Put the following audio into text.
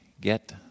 get